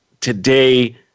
today